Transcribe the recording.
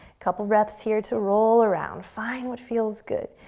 couple breaths here to roll around. find what feels good.